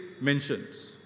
mentions